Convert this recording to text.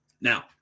Now